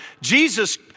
Jesus